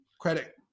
credit